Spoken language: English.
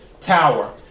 Tower